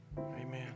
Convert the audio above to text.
Amen